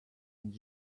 and